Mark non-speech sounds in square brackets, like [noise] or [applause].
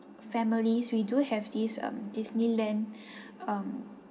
families we do have this um Disneyland [breath] um